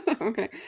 Okay